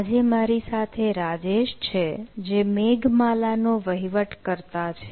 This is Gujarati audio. આજે મારી સાથે રાજેશ છે જે મેઘમાલાનો વહીવટ કર્તા છે